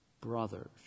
brothers